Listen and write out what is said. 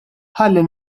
ħalli